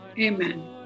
amen